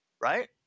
right